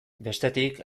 bestetik